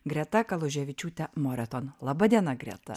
greta kaluževičiūte moreton laba diena greta